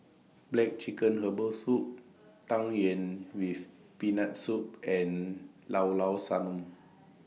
Black Chicken Herbal Soup Tang Yuen with Peanut Soup and Llao Llao Sanum